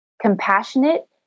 compassionate